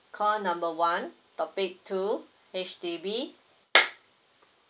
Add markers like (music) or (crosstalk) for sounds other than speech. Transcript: call number one topic two H_D_B (noise)